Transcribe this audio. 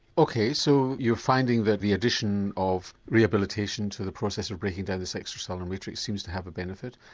ok, so you're finding that the addition of rehabilitation to the process of breaking down this extracellular matrix seems to have a benefit.